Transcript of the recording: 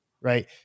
right